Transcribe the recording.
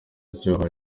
cyohoha